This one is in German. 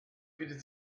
bietet